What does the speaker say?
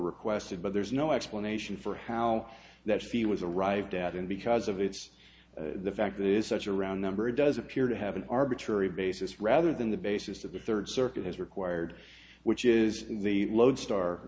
requested but there's no explanation for how that feel was arrived at and because of its the fact that it is such a round number it does appear to have an arbitrary basis rather than the basis of the third circuit has required which is the lodestar